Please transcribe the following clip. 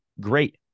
great